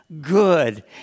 good